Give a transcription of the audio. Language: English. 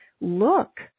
look